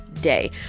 day